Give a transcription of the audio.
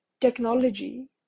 technology